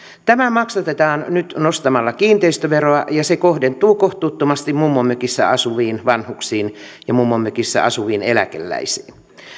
tämä maksatetaan nyt nostamalla kiinteistöveroa ja se kohdentuu kohtuuttomasti mummonmökissä asuviin vanhuksiin ja mummonmökissä asuviin eläkeläisiin